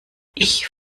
ich